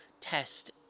test